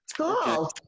Cool